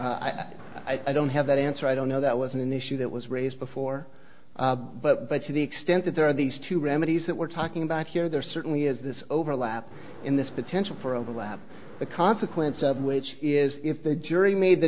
i don't have that answer i don't know that was an issue that was raised before but to the extent that there are these two remedies that we're talking about here there certainly is this overlap in this potential for overlap the consequence of which is if the jury made the